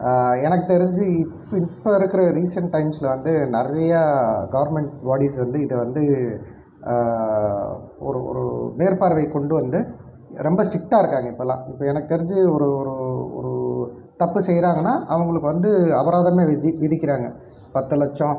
எனக்கு தெரிஞ்சு இப்போ இப்போ இருக்கிற ரீசன்ட் டைம்ஸில் வந்து நிறையா கவர்மெண்ட் பாடிஸ் வந்து இதை வந்து ஒரு ஒரு நேர் பார்வைக்கு கொண்டு வந்து ரொம்ப ஸ்ட்ரிட்டாக இருக்காங்க இப்போலாம் இப்போ எனக்கு தெரிஞ்சு ஒரு ஒரு ஒரு தப்பு செய்யறாங்கனா அவங்களுக்கு வந்து அபராதம்னா விதி விதிக்கிறாங்க பத்து லட்சம்